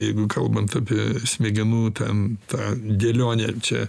jeigu kalbant apie smegenų ten tą dėlionę čia